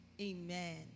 Amen